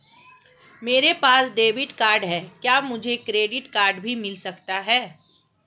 मेरे पास debit card है क्या मुझे क्रेडिट कार्ड भी मिल सकता है?